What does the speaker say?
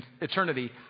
eternity